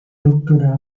doctorado